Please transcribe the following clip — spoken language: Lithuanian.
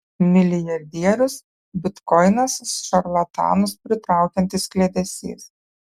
milijardierius bitkoinas šarlatanus pritraukiantis kliedesys